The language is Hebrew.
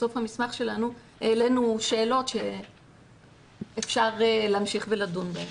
בסוף המסמך שלנו העלינו שאלות שאפשר להמשיך ולדון בהן.